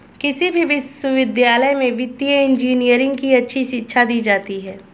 किसी भी विश्वविद्यालय में वित्तीय इन्जीनियरिंग की अच्छी शिक्षा दी जाती है